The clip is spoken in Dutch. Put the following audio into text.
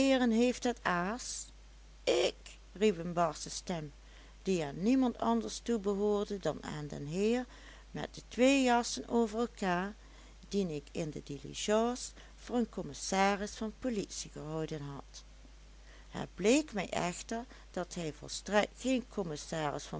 heeft het aas ik riep een barsche stem die aan niemand anders toebehoorde dan aan den heer met de twee jassen over elkaar dien ik in de diligence voor een commissaris van politie gehouden had het bleek mij echter dat hij volstrekt geen commissaris van